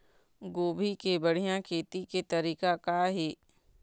गोभी के बढ़िया खेती के तरीका का हे?